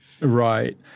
Right